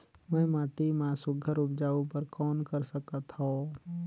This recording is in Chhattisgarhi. मैं माटी मा सुघ्घर उपजाऊ बर कौन कर सकत हवो?